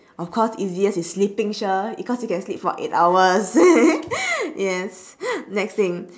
of course easiest is sleeping sher because you can sleep for eight hours yes next thing